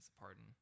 pardon